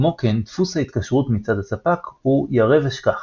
כמו כן דפוס ההתקשרות מצד הספק הוא ירה ושכח,